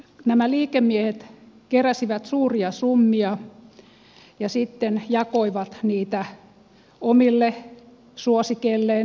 nämä liikemiehet keräsivät suuria summia ja sitten jakoivat niitä omille suosikeilleen